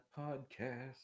podcast